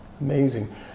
Amazing